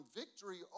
victory